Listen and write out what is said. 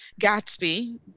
Gatsby